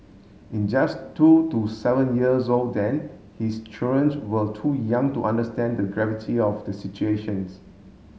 in just two to seven years old then his children were too young to understand the gravity of the situations